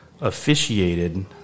officiated